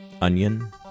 onion